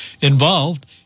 involved